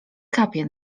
kapie